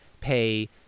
pay